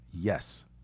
Yes